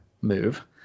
move